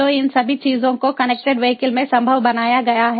तो इन सभी चीजों को कनेक्टेड वीहिकल में संभव बनाया गया है